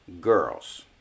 girls